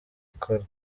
ikora